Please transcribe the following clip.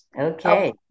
Okay